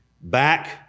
back